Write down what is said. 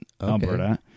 Alberta